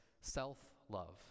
self-love